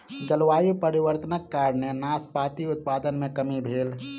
जलवायु परिवर्तनक कारणेँ नाशपाती उत्पादन मे कमी भेल